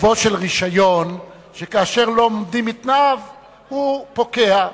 מטיבו של רשיון, שכאשר לא עומדים בתנאיו הוא פוקע.